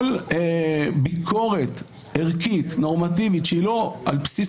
כל ביקורת ערכית נורמטיבית שהיא לא על בסיס